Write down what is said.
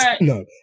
no